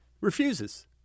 Refuses